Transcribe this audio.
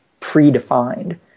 predefined